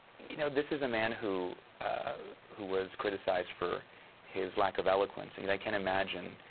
you know this is a man who who was criticized for his lack of eloquence. i mean i can imagine